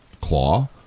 Claw